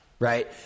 Right